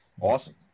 awesome